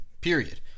period